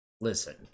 listen